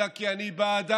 אלא כי אני בעדם,